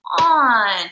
on